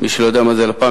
גברתי היושבת-ראש,